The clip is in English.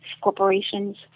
Corporations